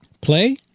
play